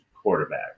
Quarterback